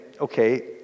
okay